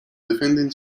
defending